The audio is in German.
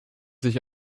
sich